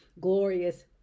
glorious